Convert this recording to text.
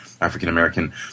African-American